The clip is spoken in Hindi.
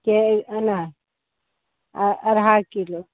के अना अढ़ा किलो